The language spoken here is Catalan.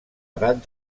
edat